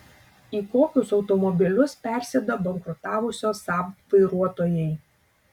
į kokius automobilius persėda bankrutavusio saab vairuotojai